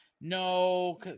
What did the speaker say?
No